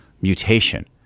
mutation